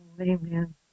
Amen